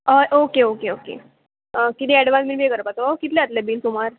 होय okay okay okay किदें advance बीन बे करपाचो कितले जातले बीन तुमार